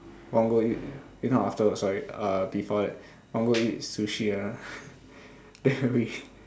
want go eat if not afterwards sorry uh before that want go eat sushi ah then we